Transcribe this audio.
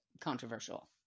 controversial